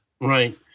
Right